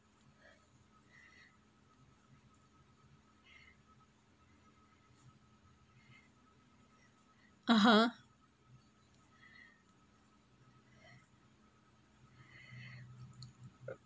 (uh huh)